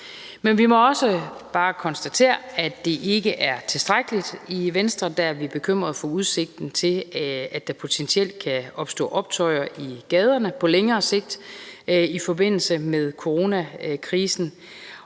Men vi må også bare konstatere, at det ikke er tilstrækkeligt. I Venstre er vi bekymrede for udsigten til, at der potentielt kan opstå optøjer i gaderne på længere sigt i forbindelse med coronakrisen,